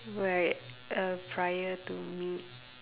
where uh prior to me